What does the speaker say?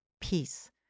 Peace